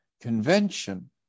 Convention